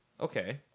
Okay